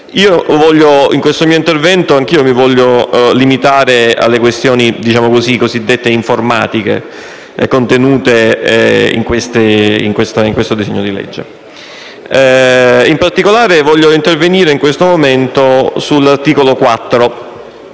In questo mio intervento, mi voglio limitare alle questioni cosiddette informatiche contenute nel disegno di legge. In particolare, vorrei intervenire sull'articolo 4